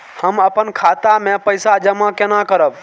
हम अपन खाता मे पैसा जमा केना करब?